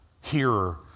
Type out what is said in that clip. hearer